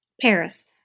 Paris